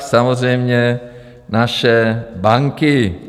Samozřejmě naše banky.